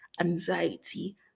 anxiety